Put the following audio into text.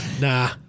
Nah